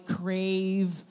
crave